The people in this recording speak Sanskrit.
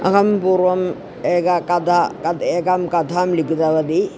अहं पूर्वम् एका कथा कद् एका कथा लिखितवती